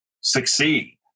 succeed